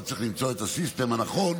אבל צריך למצוא את הסיסטם הנכון,